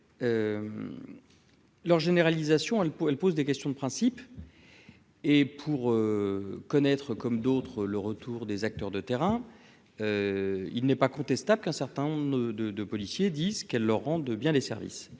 leur généralisation coup elle pose des questions de principe et pour connaître, comme d'autres le retour des acteurs de terrain, il n'est pas contestable qu'un certain on ne de de policiers disent qu'elles leur rendent bien des services